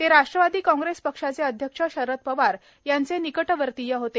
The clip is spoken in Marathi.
ते राष्ट्रवादी काँग्रेस पक्षाचे अध्यक्ष शरद पवार यांचे निकटवर्तीय होते